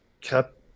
kept